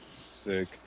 Sick